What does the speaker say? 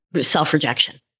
self-rejection